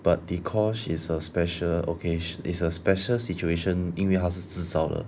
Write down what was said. but dee kosh is a special occas~ is a special situation 因为他是自找的